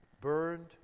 burned